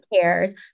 cares